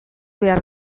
behar